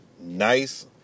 nice